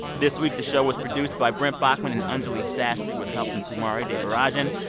this week, the show was produced by brent baughman and anjuli sastry, with help from kumari devarajan.